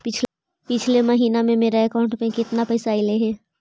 पिछले महिना में मेरा अकाउंट में केतना पैसा अइलेय हे?